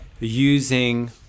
using